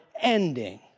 ending